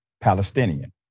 Palestinian